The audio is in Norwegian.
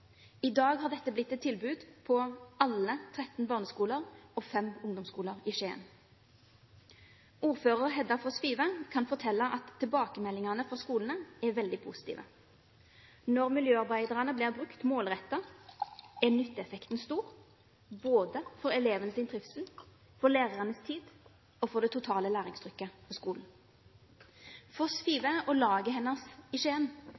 I dag har dette blitt et tilbud på alle 13 barneskoler og fem ungdomsskoler i Skien. Ordfører Hedda Foss Five kan fortelle at tilbakemeldingene fra skolene er veldig positive. Når miljøarbeiderne blir brukt målrettet, er nytteeffekten stor, både for elevenes trivsel, for lærernes tid og for det totale læringstrykket på skolen. Foss Five og laget hennes i